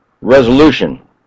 resolution